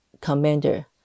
commander